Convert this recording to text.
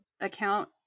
account